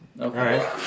Okay